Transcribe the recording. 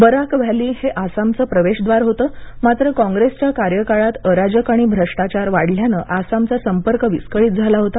Barack valley हे आसाम चा प्रवेशद्वार होतं मात्र कॉंग्रेस च्या कार्यकाळात अराजक आणि भ्रष्टाचार वाढल्यानं आसामचा संपर्क विस्कळीत झाला होता